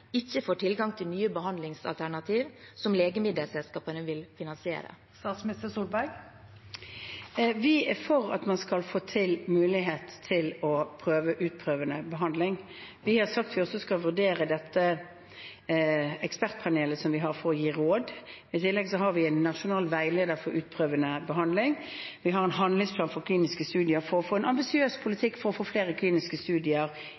ikke får tilgang til nye behandlingsalternativ som legemiddelselskapene vil finansiere? Vi er for at man skal få mulighet til utprøvende behandling. Vi har sagt vi også skal vurdere dette ekspertpanelet som vi har for å gi råd. I tillegg har vi en nasjonal veileder for utprøvende behandling. Vi har en handlingsplan for kliniske studier for å få en ambisiøs politikk for å få flere kliniske studier